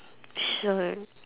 sure